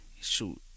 Shoot